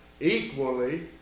equally